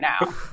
now